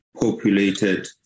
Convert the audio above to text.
populated